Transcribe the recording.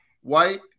white